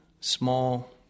small